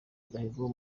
agahigo